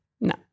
No